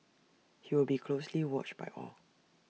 he will be closely watched by all